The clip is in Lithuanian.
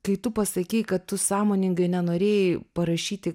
kai tu pasakei kad tu sąmoningai nenorėjai parašyti